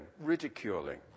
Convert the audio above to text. ridiculing